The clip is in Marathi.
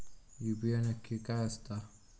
यू.पी.आय नक्की काय आसता?